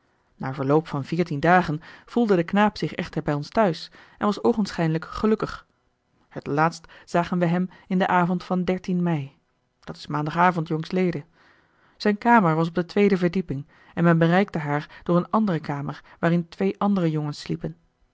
na verloop van veertien dagen voelde de knaap zich echter bij ons thuis en was oogenschijnlijk gelukkig het laatst zagen wij hem in den avond van dertien mei dat is maandagavond j l zijn kamer was op de tweede verdieping en men bereikte haar door een andere kamer waarin twee andere jongens sliepen